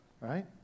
Right